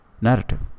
narrative